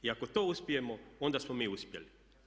I ako to uspijemo, onda smo mi uspjeli.